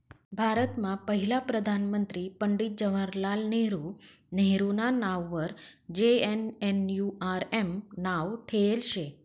भारतमा पहिला प्रधानमंत्री पंडित जवाहरलाल नेहरू नेहरूना नाववर जे.एन.एन.यू.आर.एम नाव ठेयेल शे